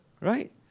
Right